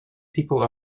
people